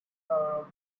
hour